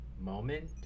moment